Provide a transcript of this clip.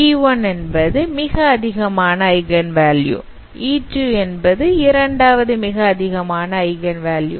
e1 என்பது மிக அதிகமான ஐகன் வேல்யூ e2 என்பது இரண்டாவது மிக அதிகமான ஐகன் வேல்யூ